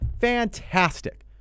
Fantastic